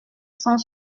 cent